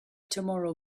tomorrow